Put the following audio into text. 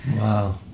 wow